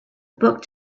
book